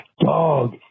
Dog